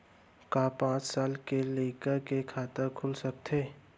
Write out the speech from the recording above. का पाँच साल के लइका के खाता खुल सकथे?